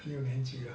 六年级了